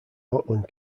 auckland